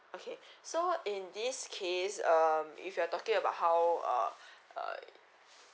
okay so in this case um if you're talking about how uh uh